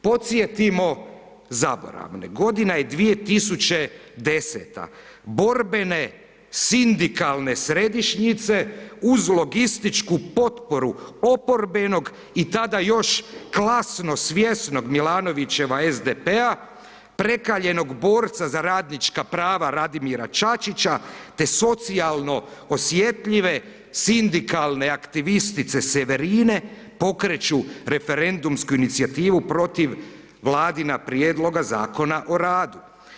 Podsjetimo zaboravne godina je 2010. borbene sindikalne središnjice uz logističku potporu oporbenog i tada još klasno svjesnog Milanovićeva SDP-a prekaljenog borca za radnička prava Radimira Čačića, te socijalno osjetljive sindikalne aktivistice Severine, pokreću referendumsku inicijativu protiv vladina prijedloga Zakona o radu.